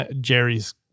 Jerry's